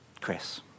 Chris